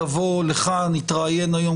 אני קורא לכולכם,